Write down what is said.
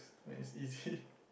like is easy